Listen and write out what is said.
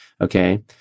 okay